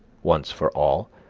once for all,